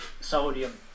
sodium